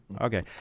Okay